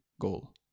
goal